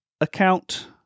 account